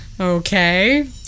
Okay